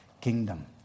Kingdom